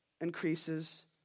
increases